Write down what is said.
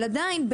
אבל עדיין,